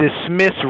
dismiss